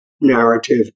narrative